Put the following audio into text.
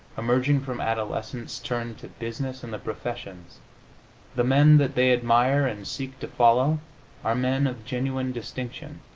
emerging from adolescence, turn to business and the professions the men that they admire and seek to follow are men of genuine distinction,